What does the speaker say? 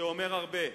שאומר הרבה.